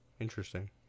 Interesting